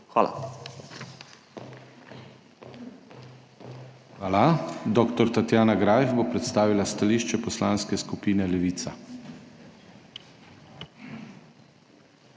Hvala. Dr. Tatjana Greif bo predstavila stališče Poslanske skupine Levica.